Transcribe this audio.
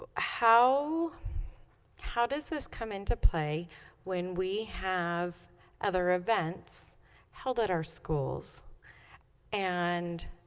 ah how how does this come into play when we have other events held at our schools and